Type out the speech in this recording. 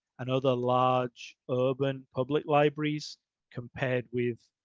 and other large urban public libraries compared with,